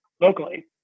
locally